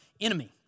enemy